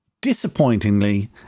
disappointingly